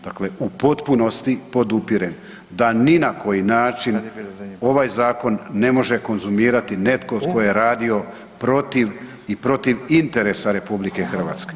Dakle, u potpunosti podupirem da ni na koji način ovaj zakon ne može konzumirati netko tko je radio protiv i protiv interesa RH.